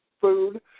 food